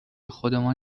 خودمان